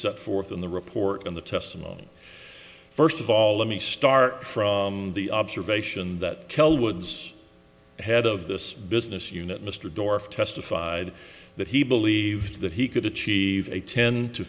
set forth in the report on the testimony first of all let me start from the observation that kel wood's head of this business unit mr dorf testified that he believed that he could achieve a ten to